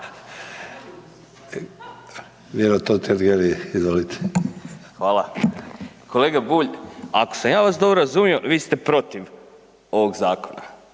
**Totgergeli, Miro (HDZ)** Hvala. Kolega Bulj, ako sam ja vas dobro razumio, vi ste protiv ovog zakona.